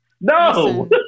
no